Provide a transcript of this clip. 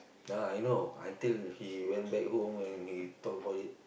ah I know until he went back home and he talk about it